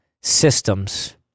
systems